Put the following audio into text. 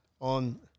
on